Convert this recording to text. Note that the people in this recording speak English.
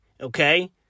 Okay